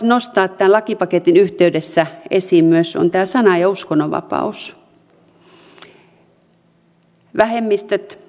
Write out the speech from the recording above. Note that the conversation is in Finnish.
nostaa tämän lakipaketin yhteydessä esiin on sanan ja uskonnonvapaus vähemmistöt